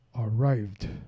arrived